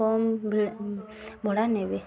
କମ୍ ଭି ଭଡ଼ା ନେବେ